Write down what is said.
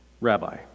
Rabbi